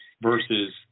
Versus